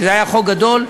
שזה היה חוק גדול,